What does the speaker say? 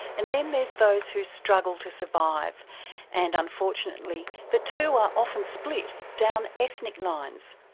and then there's those who struggle to survive and unfortunately the two are often split down ethnic lines.